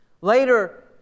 Later